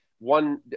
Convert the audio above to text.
One